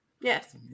Yes